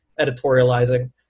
editorializing